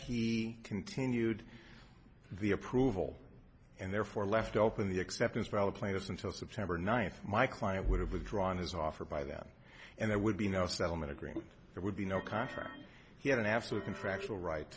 he continued the approval and therefore left open the acceptance valid players until september ninth my client would have withdrawn his offer by then and there would be no settlement agreement there would be no contract he had an absolute contractual right